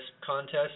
contest